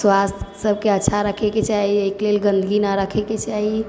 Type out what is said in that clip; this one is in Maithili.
स्वास्थ्य सबके अच्छा रखैके चाही एहिके लेल गन्दगी नहि रखैके चाही